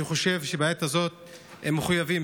אני חושב שבעת הזאת הם מחויבים,